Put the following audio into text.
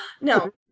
No